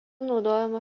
naudojama